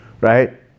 right